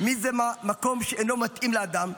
מה זה מקום שאינו מתאים לאדם,